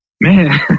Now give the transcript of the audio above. man